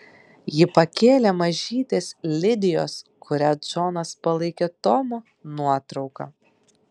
ji pakėlė mažytės lidijos kurią džonas palaikė tomu nuotrauką